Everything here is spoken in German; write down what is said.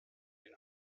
den